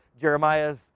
Jeremiah's